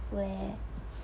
where